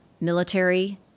military